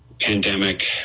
pandemic